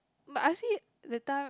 but I see that time